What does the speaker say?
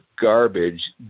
garbage